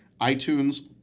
iTunes